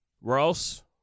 Ross